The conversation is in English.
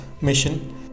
mission